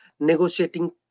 negotiating